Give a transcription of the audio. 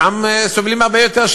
שם סובלים הרבה יותר.